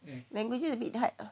language is a bit hard lah